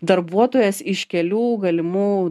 darbuotojas iš kelių galimų